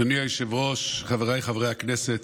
אדוני היושב-ראש, חבריי חברי הכנסת,